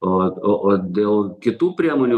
o o o dėl kitų priemonių